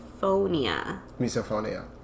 misophonia